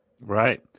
Right